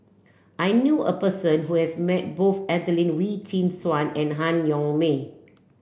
I knew a person who has met both Adelene Wee Chin Suan and Han Yong May